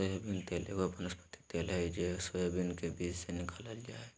soybean तेल एगो वनस्पति तेल हइ जे सोयाबीन के बीज से निकालल जा हइ